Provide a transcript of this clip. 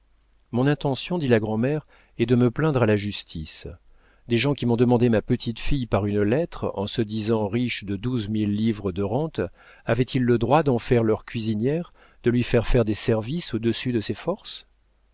mon intention dit la grand'mère est de me plaindre à la justice des gens qui m'ont demandé ma petite-fille par une lettre en se disant riches de douze mille livres de rentes avaient-ils le droit d'en faire leur cuisinière de lui faire faire des services au-dessus de ses forces